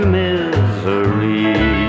misery